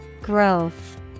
Growth